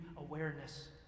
awareness